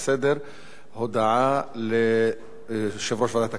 להצעה לסדר-היום ולהעביר את הנושא לוועדת החוקה,